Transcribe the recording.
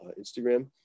Instagram